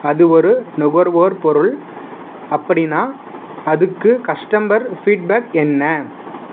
அது ஒரு நுகர்வோர் பொருள் அப்படின்னா அதுக்கு கஸ்டம்பர் ஃபீட்பேக் என்ன